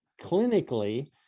clinically